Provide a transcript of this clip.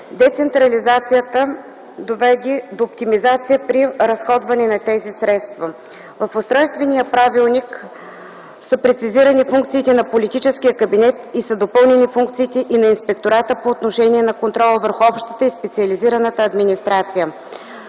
Децентрализацията доведе до оптимизация при разходване на тези средства. В Устройствения правилник са прецизирани функциите на политическия кабинет и са допълнени функциите и на Инспектората по отношение на контрола върху общата и специализираната администрация.